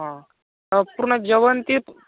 ह पूर्ण जेवण ते